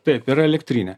taip yra elektrinė